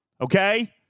Okay